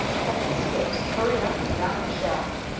heavy skips hurry up and down the shaft,